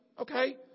okay